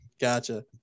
Gotcha